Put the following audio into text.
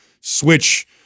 switch